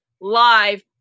live